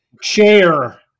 chair